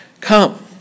come